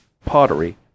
pottery